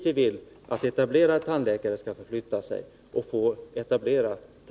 Vi vill att etablerade tandläkare skall förflytta sig dit.